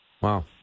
Wow